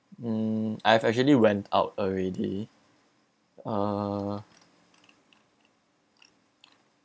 hmm I've actually went out already uh